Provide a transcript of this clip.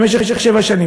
במשך שבע שנים.